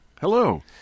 Hello